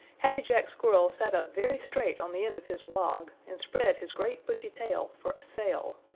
happy jack squirrel sat up very straight on the end of his log and spread his great bushy tail for a sail.